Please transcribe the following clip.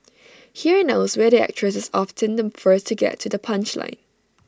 here and elsewhere the actress is often the first to get to the punchline